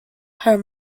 her